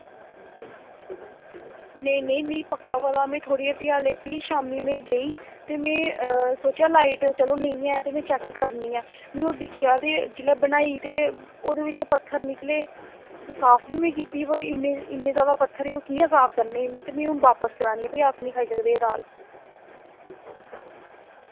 नेईं नेईं मि पक्का पता मैं थोआड़ी हट्टिया दा लेती शाम्मी मैं गेई ते मैं सोचआ लाइट चलो नेईं ऐ ते मैं चैक करनी आं मैं ओ दिक्खेआ ते जिल्लै बनाई ते उ'दे बिचा पत्थर निकले साफ बी में कीती वा इन्ने इन्ने ज्यादा पत्थर हे ओह् कि'यां साफ करने हे ते मैं हु'न बापस करानी ऐ भाई अस नी खाई सकदे एह् दाल